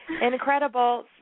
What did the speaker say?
Incredible